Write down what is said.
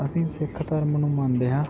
ਅਸੀਂ ਸਿੱਖ ਧਰਮ ਨੂੰ ਮੰਨਦੇ ਹਾਂ